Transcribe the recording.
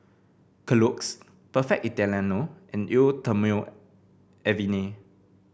Kellogg's Perfect Italiano and Eau Thermale Avene